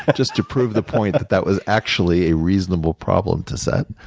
just to prove the point that that was actually a reasonable problem to set.